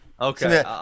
Okay